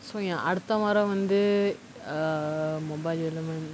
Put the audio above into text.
so ya அடுத்த வாரம் வந்து:adutha vaaram vanthu the uh